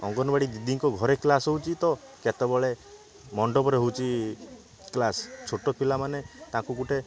ଅଙ୍ଗନବାଡ଼ି ଦିଦିଙ୍କ ଘରେ କ୍ଲାସ୍ ହେଉଛି ତ କେତେବେଳେ ମଣ୍ଡପରେ ହେଉଛି କ୍ଲାସ୍ ଛୋଟ ପିଲାମାନେ ତାଙ୍କୁ ଗୋଟେ